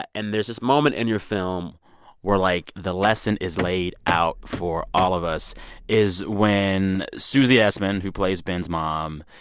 and there's this moment in your film where, like, the lesson is laid out for all of us is when susie essman, who plays ben's mom,